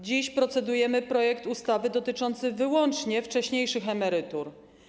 Dziś procedujemy nad projektem ustawy dotyczącej wyłącznie wcześniejszych emerytur.